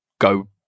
go